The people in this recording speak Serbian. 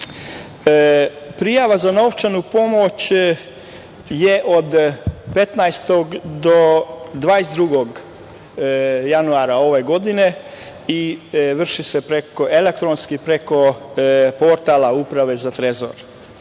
naknade. Prijava za novčanu pomoć je od 15. do 22. januara ove godine i vrši se elektronski preko portala Uprave za trezor.